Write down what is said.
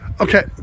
Okay